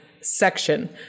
section